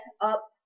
up